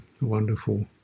wonderful